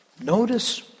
Notice